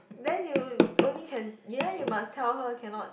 then you only can then you must tell her cannot